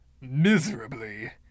miserably